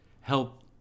help